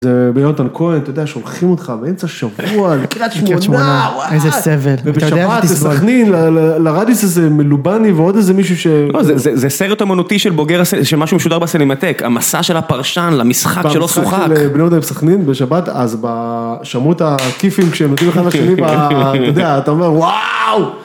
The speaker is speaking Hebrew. זה ביונתן כהן, אתה יודע, שולחים אותך באמצע שבוע, לקריית שמונה. איזה סבל. ובשבת, לסכנין, לרדיס הזה מלובני ועוד איזה מישהו ש... לא, זה סרט אומנותי של בוגר, זה משהו שמשודר בסנימטק. המסע של הפרשן, למשחק שלא שוחק. בני יונתן סכנין, בשבת, אז בשמות הכיפים, כשהם נותנים אחד לשני, אתה יודע, אתה אומר, וואו!